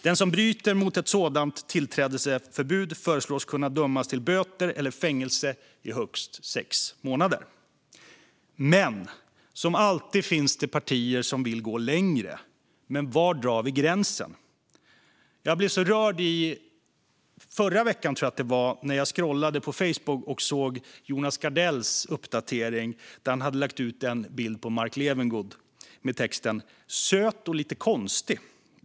Den som bryter mot ett sådant tillträdesförbud föreslås kunna dömas till böter eller fängelse i högst sex månader. Som alltid finns det partier som vill gå längre. Men var drar vi gränsen? Jag blev så rörd i veckan när jag skrollade på Facebook och såg Jonas Gardells uppdatering. Han hade lagt ut en bild på Mark Levengood med texten "Söt och lite konstig.